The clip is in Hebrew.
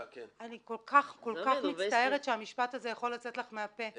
אני כל כך כל כך מצטערת שהמשפט הזה יכול לצאת לך מהפה.